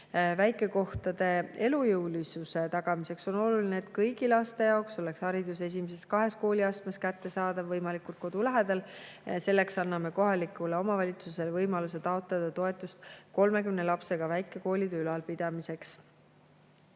Väikekohtade elujõulisuse tagamiseks on oluline, et kõigi laste jaoks oleks haridus esimeses kahes kooliastmes kättesaadav võimalikult kodu lähedal. Selleks anname kohalikule omavalitsusele võimaluse taotleda toetust 30 lapsega väikekooli ülalpidamiseks.